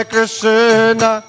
Krishna